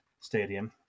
Stadium